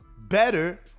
better